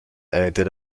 edited